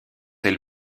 elle